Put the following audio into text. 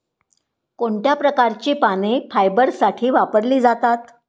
कोणत्या प्रकारची पाने फायबरसाठी वापरली जातात?